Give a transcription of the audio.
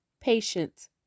Patience